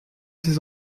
ces